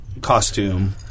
costume